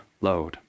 load